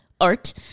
art